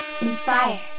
Inspire